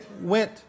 went